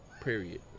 period